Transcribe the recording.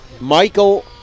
Michael